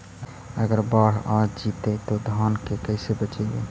अगर बाढ़ आ जितै तो धान के कैसे बचइबै?